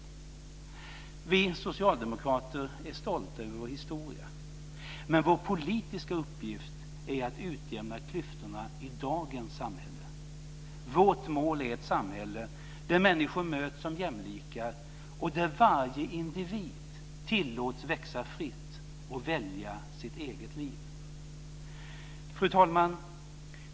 Vi socialdemokrater är stolta över vår historia. Men vår politiska uppgift är att utjämna klyftorna i dagens samhälle. Vårt mål är ett samhälle där människor möts som jämlikar och där varje individ tillåts växa fritt och välja sitt eget liv. Fru talman!